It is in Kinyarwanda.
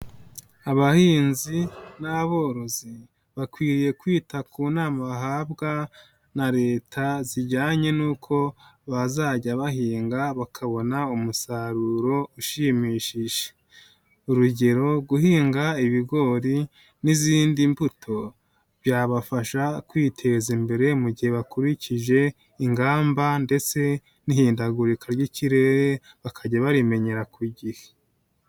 Abahinzi n'aborozi bakwiye kwita ku nama bahabwa na Leta zijyanye n'uko bazajya bahinga bakabona umusaruro ushimishije, urugero guhinga ibigori n'izindi mbuto, byabafasha kwiteza imbere mu gihe bakurikije ingamba ndetse n'ihindagurika ry'ikirere, bakajya barimenyera ku gihe.